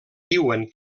diuen